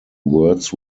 words